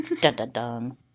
Dun-dun-dun